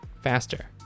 faster